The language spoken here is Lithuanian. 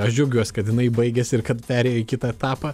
aš džiaugiuosi kad jinai baigėsi ir kad perėjo į kitą etapą